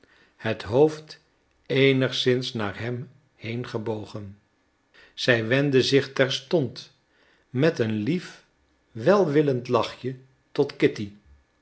het hoofd eenigszins naar hem heen gebogen zij wendde zich terstond met een lief welwillend lachje tot kitty